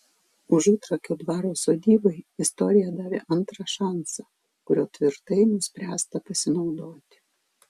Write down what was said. užutrakio dvaro sodybai istorija davė antrą šansą kuriuo tvirtai nuspręsta pasinaudoti